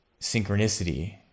synchronicity